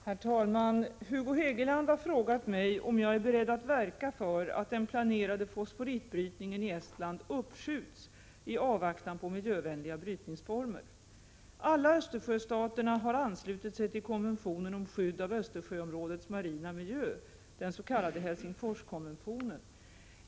Re EE å år medanledning av pla Herr talman! Hugo Hegeland har frågat mig om jag är beredd att verka för . a å z g fr nerad fosforitbrytning i att den planerade fosforitbrytningen i Estland uppskjuts i avvaktan på Estland miljövänliga brytningsformer. Alla Östersjöstaterna har anslutit sig till konventionen om skydd av Östersjöområdets marina miljö, den s.k. Helsingforskonventionen.